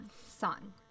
son